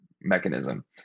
mechanism